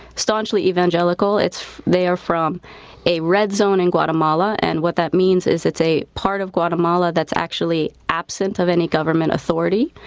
staunchly evangelical. they are from a red zone in guatemala, and what that means is it's a part of guatemala that's actually absent of any government authority.